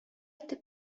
итеп